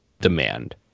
demand